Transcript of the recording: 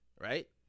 Right